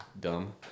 dumb